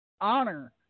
honor